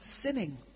sinning